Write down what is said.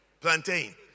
Plantain